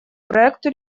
проекту